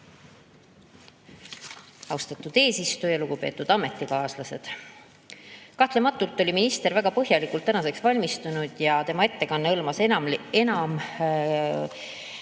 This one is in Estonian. Austatud eesistuja! Lugupeetud ametikaaslased! Kahtlematult oli minister väga põhjalikult tänaseks valmistunud ja tema ettekanne hõlmas enim